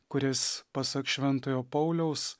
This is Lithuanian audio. kuris pasak šventojo pauliaus